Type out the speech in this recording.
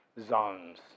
zones